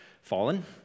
fallen